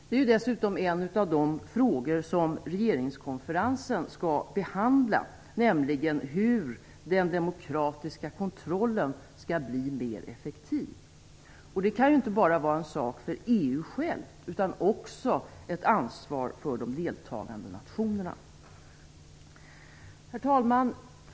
Det är ju dessutom en av de frågor som regeringskonferensen skall behandla, nämligen hur den demokratiska kontrollen skall bli mer effektiv. Det kan ju inte bara vara en sak för EU självt utan också ett ansvar för de deltagande nationerna. Herr talman!